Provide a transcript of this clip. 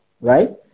right